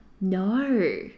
No